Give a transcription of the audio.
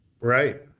Right